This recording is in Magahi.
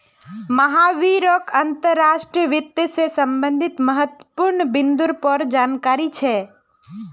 महावीरक अंतर्राष्ट्रीय वित्त से संबंधित महत्वपूर्ण बिन्दुर पर जानकारी छे